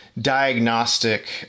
diagnostic